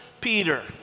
Peter